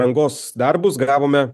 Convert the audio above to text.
rangos darbus gavome